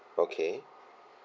okay